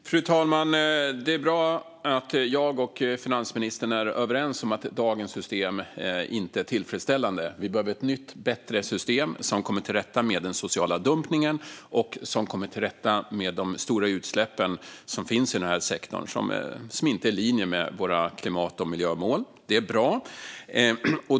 Fru talman! Det är bra att jag och finansministern är överens om att dagens system inte är tillfredsställande. Vi behöver ett nytt och bättre system som kommer till rätta med den sociala dumpningen och som kommer till rätta med de stora utsläpp som finns i denna sektor och som inte är i linje med våra klimat och miljömål. Det är bra.